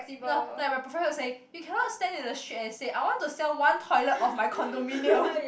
uh like my professor will say you cannot stand in the street and say I want to sell one toilet of my condominium